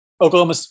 Oklahoma